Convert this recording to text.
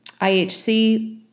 IHC